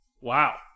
Wow